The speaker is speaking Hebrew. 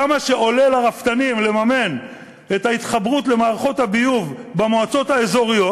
כמה עולה לרפתנים לממן את ההתחברות למערכות הביוב במועצות האזוריות,